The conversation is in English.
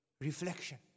Reflection